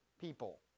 people